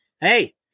hey